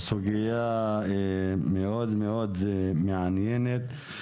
הסוגיה מאוד מעניינת.